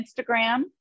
Instagram